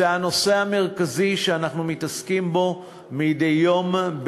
זה הנושא המרכזי שאנחנו מתעסקים בו מדי יום.